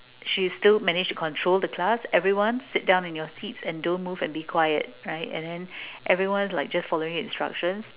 she still managed to control the class everyone sit down in your seats and don't move and be quiet right and then everyone is like just following instructions